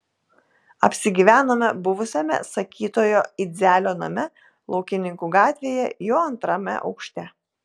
apsigyvenome buvusiame sakytojo idzelio name laukininkų gatvėje jo antrame aukšte